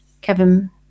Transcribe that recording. Kevin